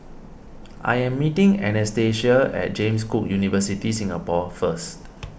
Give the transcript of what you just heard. I am meeting Anastacia at James Cook University Singapore first